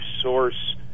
source